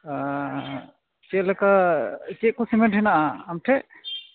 ᱪᱮᱫ ᱞᱮᱠᱟ ᱪᱮᱫ ᱠᱚ ᱥᱤᱢᱮᱴ ᱦᱮᱱᱟᱜᱼᱟ ᱟᱢ ᱴᱷᱮᱡ